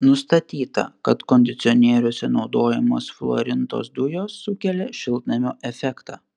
nustatyta kad kondicionieriuose naudojamos fluorintos dujos sukelia šiltnamio efektą